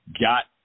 got –